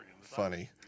funny